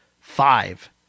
five